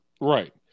Right